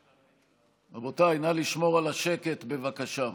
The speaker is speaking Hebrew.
רבותיי, נא לשמור על השקט בבקשה.